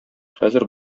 хәзер